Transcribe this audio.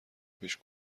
پیش